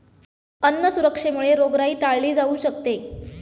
अन्न सुरक्षेमुळे रोगराई टाळली जाऊ शकते